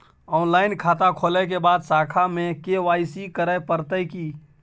Online खाता खोलै के बाद शाखा में के.वाई.सी करे परतै की?